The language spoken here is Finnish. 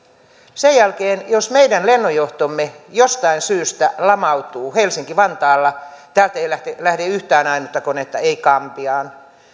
sen jälkeen jos meidän lennonjohtomme jostain syystä lamautuu helsinki vantaalla täältä ei lähde lähde yhtään ainutta konetta ei gambiaan